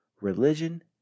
religion